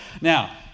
Now